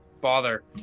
bother